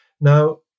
Now